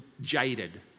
jaded